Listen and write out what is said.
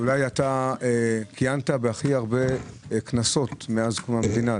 השיא הוא שאולי אתה כיהנת בהכי הרבה כנסות מאז קום המדינה.